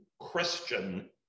Christian